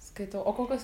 skaitau o kokios